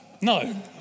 no